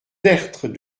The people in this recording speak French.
tertre